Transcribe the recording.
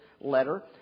letter